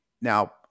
Now